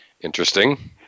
Interesting